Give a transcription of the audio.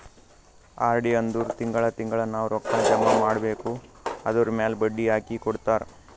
RD ಅಂದುರ್ ತಿಂಗಳಾ ತಿಂಗಳಾ ನಾವ್ ರೊಕ್ಕಾ ಜಮಾ ಮಾಡ್ಬೇಕ್ ಅದುರ್ಮ್ಯಾಲ್ ಬಡ್ಡಿ ಹಾಕಿ ಕೊಡ್ತಾರ್